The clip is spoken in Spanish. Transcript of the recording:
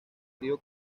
río